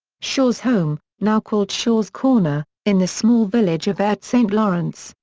shaw's home, now called shaw's corner, in the small village of ayot st lawrence,